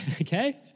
okay